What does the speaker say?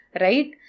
right